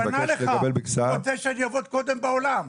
אנחנו נבקש --- הוא רוצה שאני אעבוד קודם בעולם.